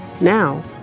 Now